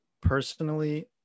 personally